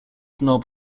knob